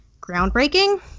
groundbreaking